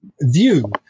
view